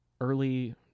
early